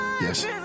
Yes